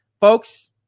folks